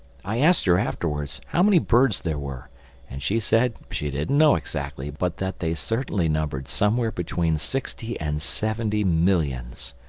i asked her afterwards, how many birds there were and she said she didn't know exactly but that they certainly numbered somewhere between sixty and seventy millions.